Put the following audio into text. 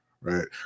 right